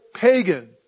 pagan